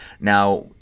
Now